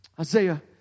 Isaiah